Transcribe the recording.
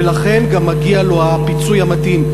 ולכן גם מגיע לו הפיצוי המתאים.